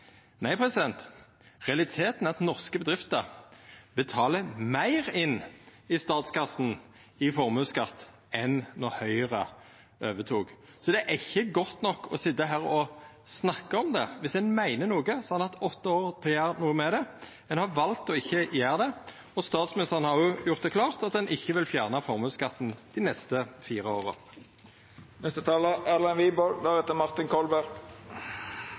Nei, realiteten er at norske bedrifter betalar meir inn i statskassen i formuesskatt enn då Høgre overtok. Det er ikkje godt nok å sitja her og snakka om det. Viss ein meiner noko, har ein hatt åtte år til å gjera noko med det. Ein har valt ikkje å gjera det, og statsministeren har òg gjort det klart at ein ikkje vil fjerna formuesskatten dei neste fire